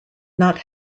not